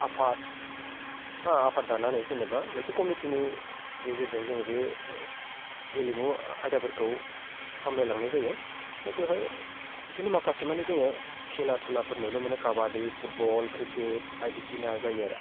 आफाद हो आफाद दानानै जेनेबा मोनसे खमिटिनि गेजेरजों जोङो बे गेलेमु आयदाफोरखौ सामलायलांनाय जायो दा बेवहाय बिदिनो माखासे माने जोङो खेला दुलाफोर नुनो मोनो काबादि फुटबल क्रिकेट बायदिसिना जायो आरो